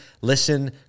listen